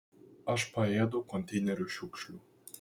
aš paėdu konteinerių šiukšlių